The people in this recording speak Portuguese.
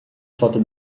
foto